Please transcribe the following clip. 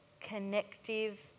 connective